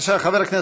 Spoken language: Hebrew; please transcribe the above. ירושלים,